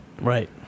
right